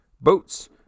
boats